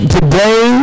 Today